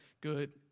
good